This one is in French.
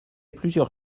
plusieurs